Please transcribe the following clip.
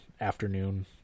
afternoon